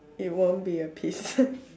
it won't be a peace